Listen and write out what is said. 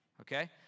Okay